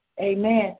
amen